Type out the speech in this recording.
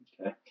Okay